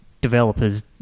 developers